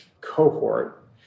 cohort